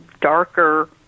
darker